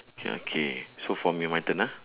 okay okay so for me my turn ah